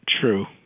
True